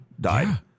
died